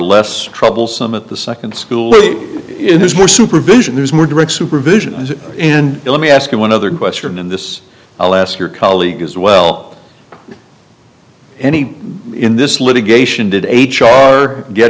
less troublesome at the nd school there's more supervision there's more direct supervision and let me ask you one other question in this i'll ask your colleague as well any in this litigation did h r get